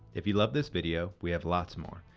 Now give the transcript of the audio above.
if you love this video we have lots more.